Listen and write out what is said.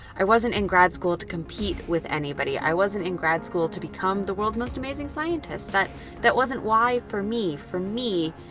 i wasn't in grad school to compete with anybody. i wasn't in grad school to become the world's most amazing scientist. that that wasn't why for me. for me,